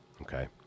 Okay